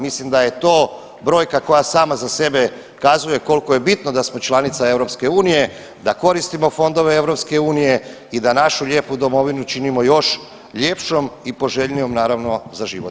Mislim da je to brojka koja sama za sebe kazuje koliko je bitno da smo članica EU, da koristimo fondove EU i da našu lijepu domovinu činimo još ljepšom i poželjnijom naravno za život.